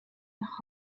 nach